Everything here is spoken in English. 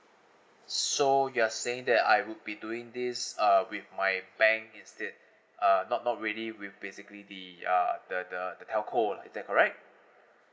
so you are saying that I would be doing this uh with my bank instead uh not not really we basically the uh the the the telco is that correct